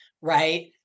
right